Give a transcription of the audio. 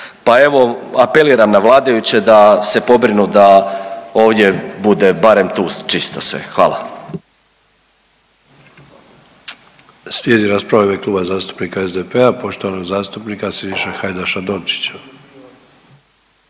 Pa evo apeliram na vladajuće da se pobrinu da ovdje bude barem tu čisto sve. Hvala.